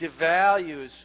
devalues